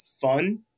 fun